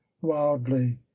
wildly